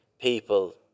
people